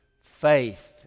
faith